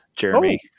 jeremy